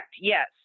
yes